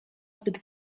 zbyt